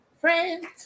friends